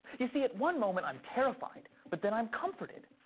you see, at one moment, i'm terrified but then i'm comforted.